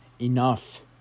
enough